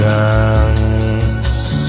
dance